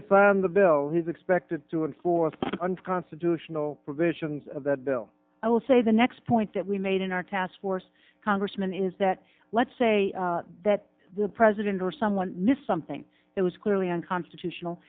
on the bill he's expected to and for the unconstitutional provisions of that bill i will say the next point that we made in our task force congressman is that let's say that the president or someone missed something it was clearly unconstitutional